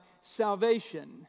salvation